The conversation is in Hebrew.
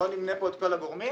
ולא נמנה כאן את כל הגורמים,